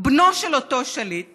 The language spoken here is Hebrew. בנו של אותו שליט